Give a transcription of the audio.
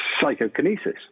psychokinesis